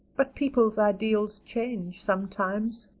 but people's ideals change sometimes.